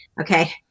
Okay